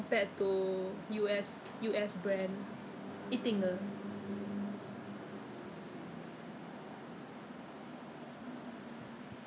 我相信我应该是 I think long time ago 我应该是 member because I check with them they found that I have a membership there if I'm not wrong if I'm not wrong I ever applied before under your name you know